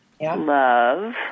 love